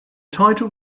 title